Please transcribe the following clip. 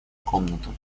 комнату